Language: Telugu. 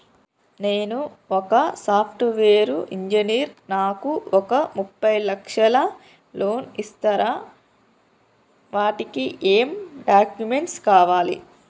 నేను ఒక సాఫ్ట్ వేరు ఇంజనీర్ నాకు ఒక ముప్పై లక్షల లోన్ ఇస్తరా? వాటికి ఏం డాక్యుమెంట్స్ కావాలి?